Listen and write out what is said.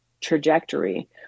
trajectory